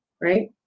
right